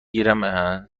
گیرم